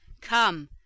come